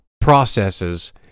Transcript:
processes